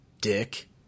Dick